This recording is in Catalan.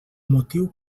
motiu